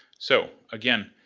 so, again,